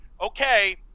okay